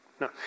No